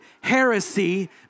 heresy